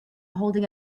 holding